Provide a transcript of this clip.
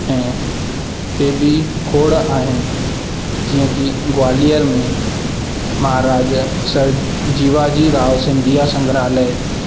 ऐं पे बि खोड़ आहिनि जीअं की ग्वालियर में महाराज सर जीवाजी राव सिंधिया संग्रहालय